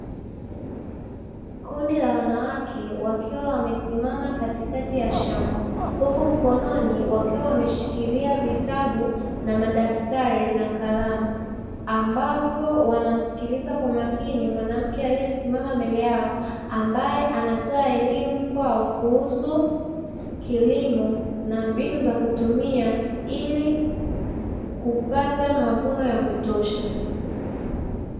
Kundi la wanawake wakiwa wamesimama katikati ya shamba, huku mkononi wakiwa wameshikilia vitabu na madaftari na kalam, ambapo wanamsikiliza kwa makini mwanamke aliyesimama mbele yao ambaye anatoa elimu kwao kuhusu kilimo na mbinu za kutumia ili kupata mavuno ya kutosha.